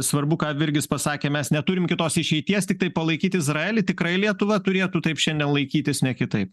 svarbu ką virgis pasakė mes neturim kitos išeities tiktai palaikyt izraelį tikrai lietuva turėtų taip šiandien laikytis ne kitaip